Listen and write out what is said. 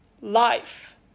Life